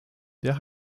der